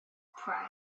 pray